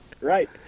Right